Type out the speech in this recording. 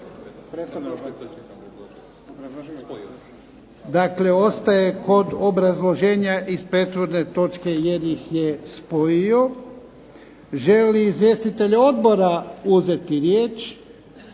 Dakle ostaje kod obrazloženja iz prethodne točke jer ih je spojio. Žele li izvjestitelji odbora uzeti riječ?